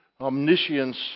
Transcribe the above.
omniscience